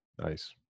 Nice